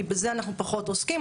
כי בזה אנחנו פחות עוסקים.